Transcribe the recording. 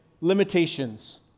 limitations